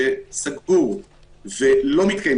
ולפי זה לתת הקלות יותר לתחת כיפת השמיים